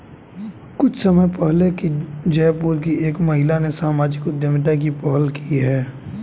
कुछ समय पहले ही जयपुर की एक महिला ने सामाजिक उद्यमिता की पहल की है